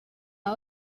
out